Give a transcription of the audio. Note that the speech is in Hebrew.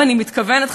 ואני מתכוונת,